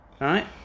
right